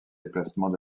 déplacements